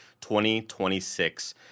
2026